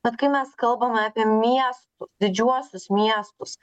bet kai mes kalbame apie miestus didžiuosius miestus